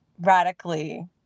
radically